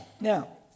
Now